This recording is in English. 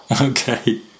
Okay